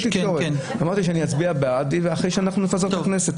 אמרתי שאני אצביע בעד אחרי שנפזר את הכנסת,